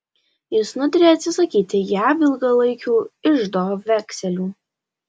jis nutarė atsisakyti jav ilgalaikių iždo vekselių